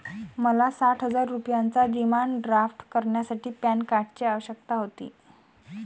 मला साठ हजार रुपयांचा डिमांड ड्राफ्ट करण्यासाठी पॅन कार्डची आवश्यकता होती